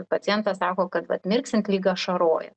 pacientas sako kad vat mirksint lyg ašaroja